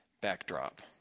backdrop